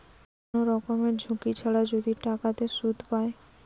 কোন রকমের ঝুঁকি ছাড়া যদি টাকাতে সুধ পায়